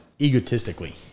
egotistically